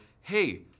hey